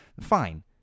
Fine